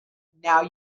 now